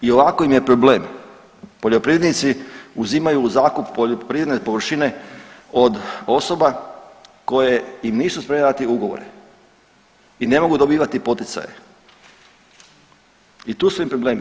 I ovako im je problem poljoprivrednici uzimaju u zakup poljoprivredne površine od osoba koje im nisu spremne dati ugovore i ne mogu dobivati poticaje i tu su im problemi.